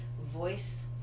voice